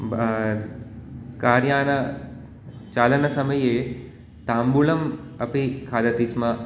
car यानचालनसमये ताम्बूळम् अपि खादति स्म